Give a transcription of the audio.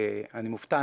אני מופתע,